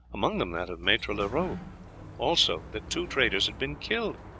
among them that of maitre leroux also that two traders had been killed,